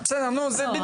אפשר.